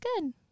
good